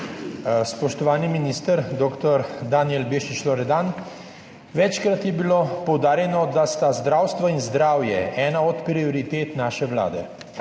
Spoštovani minister, dr. Danijel Bešič Loredan. Večkrat je bilo poudarjeno, da sta zdravstvo in zdravje ena od prioritet naše vlade.